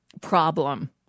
problem